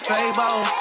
Fable